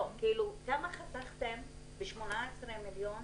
ב-18 מיליון,